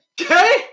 okay